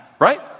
right